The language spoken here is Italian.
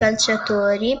calciatori